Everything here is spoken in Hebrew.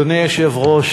אדוני היושב-ראש,